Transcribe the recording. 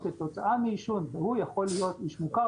כתוצאה מעישון והוא יכול להיות איש מוכר,